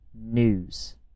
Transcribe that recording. news